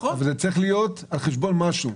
אבל זה צריך להיות על חשבון משהו.